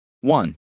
One